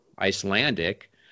Icelandic